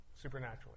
Supernaturally